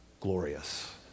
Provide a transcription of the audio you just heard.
Glorious